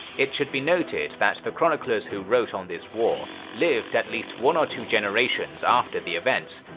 it should be noted that the chroniclers who wrote on this war lived at least one or two generations after the events,